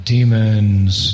Demons